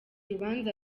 urubanza